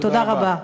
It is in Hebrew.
תודה רבה.